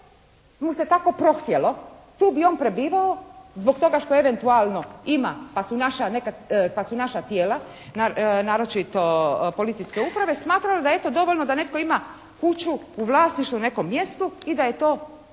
mu se tako prohtjelo. Tu bi on prebivao zbog toga što eventualno ima, pa su naša nekad, pa su naša tijela naročito policijske uprave smatrala da eto dovoljno da netko ima kuću u vlasništvu u nekom mjestu i da je to već